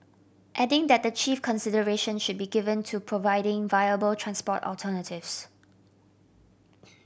adding that the chief consideration should be given to providing viable transport alternatives